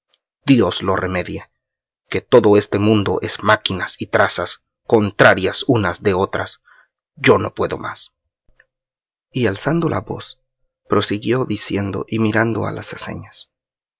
dios lo remedie que todo este mundo es máquinas y trazas contrarias unas de otras yo no puedo más y alzando la voz prosiguió diciendo y mirando a las aceñas